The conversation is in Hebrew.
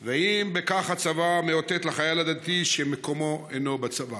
3. האם בכך הצבא מאותת לחייל הדתי שמקומו אינו בצבא?